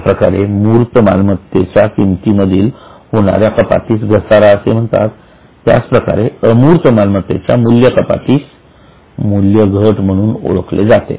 ज्याप्रकारे मूर्त मालमत्तेच्या किमती मधील होणाऱ्या कपातीस घसारा म्हणतात त्याच प्रकारे अमूर्त मालमत्तेच्या मूल्य कपातीस मूल्यघट म्हणून ओळखले जाते